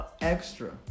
extra